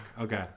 Okay